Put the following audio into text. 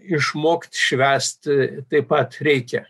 išmokt švęst taip pat reikia